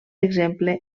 exemple